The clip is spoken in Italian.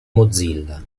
mozilla